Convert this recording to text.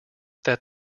that